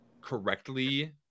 correctly